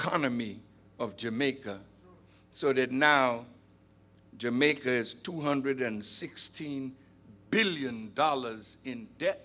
economy of jamaica so that now jamaica's two hundred and sixteen billion dollars in debt